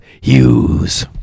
Hughes